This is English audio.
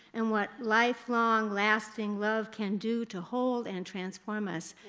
and what lifelong, lasting, love can do to hold and transform us.